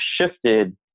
shifted